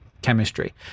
chemistry